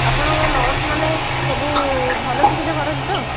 ଆପଣଙ୍କ ନର୍ସମାନେ ସବୁ ଭଲ ଚିକିତ୍ସା କରନ୍ତି ତ